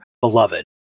Beloved